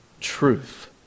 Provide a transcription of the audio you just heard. truth